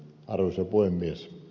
arvoisa puhemies